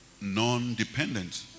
Non-dependent